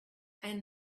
and